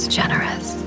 generous